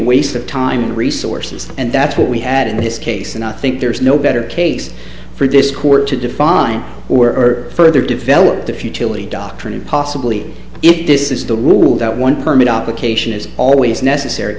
waste of time and resources and that's what we had in his case and i think there is no better case for this court to define or further develop the futility doctrine and possibly if this is the will that one permit out location is always necessary